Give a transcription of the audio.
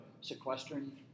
sequestering